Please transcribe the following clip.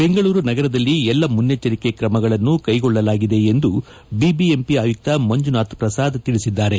ಬೆಂಗಳೂರು ನಗರದಲ್ಲಿ ಎಲ್ಲಾ ಮುನ್ನೆಚ್ಚರಿಕೆ ಕ್ರಮಗಳನ್ನು ಕೈಗೊಳ್ಳಲಾಗಿದೆ ಎಂದು ಬಿಬಿಎಂಪಿ ಆಯುಕ್ತ ಮಂಜುನಾಥ್ ಪ್ರಸಾದ್ ತಿಳಿಸಿದ್ದಾರೆ